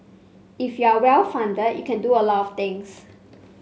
if you are well funded you can do a lot of things